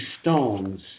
stones